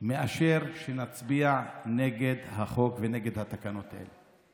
מאשר שנצביע נגד החוק ונגד התקנות האלה.